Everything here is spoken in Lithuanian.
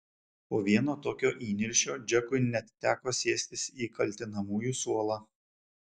po vieno tokio įniršio džekui net teko sėstis į kaltinamųjų suolą